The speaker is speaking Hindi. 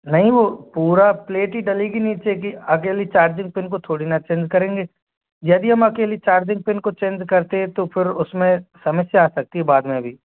नहीं वो पूरा प्लेट ही डलेगी नीचे की अकेली चार्जिंग पिन को थोड़ी ना चेंज करेंगे यदि हम अकेली चार्जिंग पिन को चेंज करते हैं तो फिर उसमें समस्या आ सकती है बाद में भी